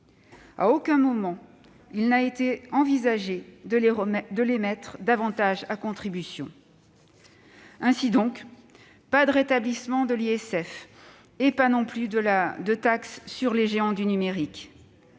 À aucun moment, il n'a été envisagé de les mettre davantage à contribution ; ainsi, pas de rétablissement de l'ISF ni de hausse de la taxe sur les géants du numérique.